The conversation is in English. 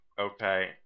okay